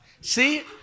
See